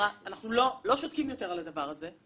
שאמרה שלא שותקים יותר על הדבר הזה,